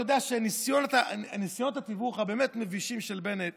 אתה יודע שניסיונות התיווך הבאמת-מבישים של בנט